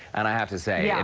and i have to say, yeah